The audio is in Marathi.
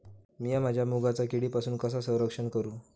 मीया माझ्या मुगाचा किडीपासून कसा रक्षण करू?